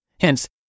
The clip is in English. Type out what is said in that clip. Hence